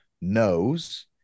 knows